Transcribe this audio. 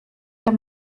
der